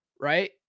right